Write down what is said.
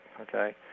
okay